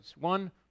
One